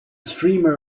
streamer